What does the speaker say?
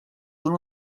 una